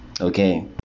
okay